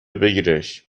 بگیرش